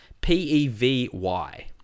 P-E-V-Y